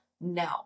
No